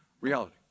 reality